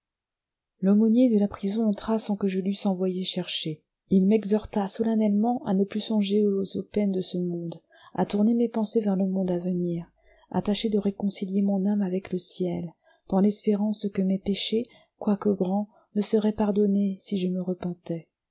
l'aumônier de la prison entra sans que je l'eusse envoyé chercher il m'exhorta solennellement à ne plus songer aux peines de ce monde à tourner mes pensées vers le monde à venir à tâcher de réconcilier mon âme avec le ciel dans l'espérance que mes péchés quoique grands me seraient pardonnés si je me repentais